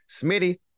Smitty